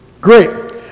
Great